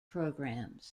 programs